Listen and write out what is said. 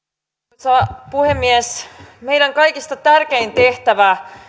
arvoisa puhemies meidän kaikista tärkein tehtävämme